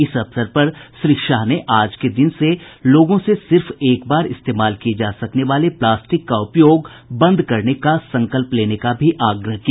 इस अवसर पर श्री शाह ने आज के दिन से लोगों से सिर्फ एक बार इस्तेमाल किये जा सकने वाले प्लास्टिक का उपयोग बंद करने का संकल्प लेने का भी आग्रह किया